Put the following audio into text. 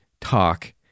talk